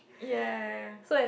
ya ya ya ya